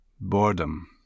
Boredom